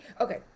Okay